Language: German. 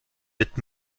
mit